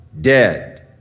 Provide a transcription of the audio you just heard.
Dead